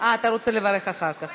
אתה רוצה לברך אחר כך.